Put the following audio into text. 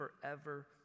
forever